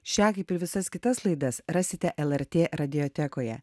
šią kaip ir visas kitas laidas rasite lrt radiotekoje